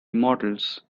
immortals